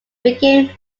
became